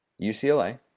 UCLA